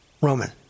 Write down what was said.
Roman